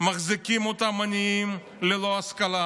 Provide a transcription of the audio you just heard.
ומחזיקים אותם עניים ללא השכלה,